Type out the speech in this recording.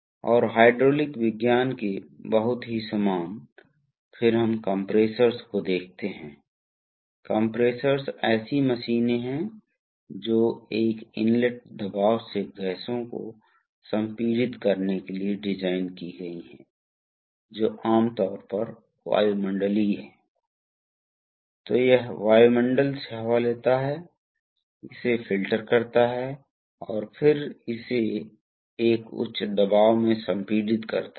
तो आनुपातिक सोलनॉइड्स आम तौर पर बनाए जाते हैं यदि आप एक बल नियंत्रित आनुपातिक सोलनॉइड आनुपातिक वाल्व चाहते हैं तो आप जो करते हैं वह वास्तव में आप कैसे करते हैं बल नियंत्रण करते हैं आप करेंट नियंत्रण करते हैं और आप करेंट नियंत्रण करते हैं और फिर आपने सोलनॉइड को इस तरह बनाया है कि यह बल स्ट्रोक विशेषता है इसलिए आप देखते हैं कि स्ट्रोक की अच्छी रेंज के लिए बल एक दिए गए प्रवाह पर स्थिर रहता है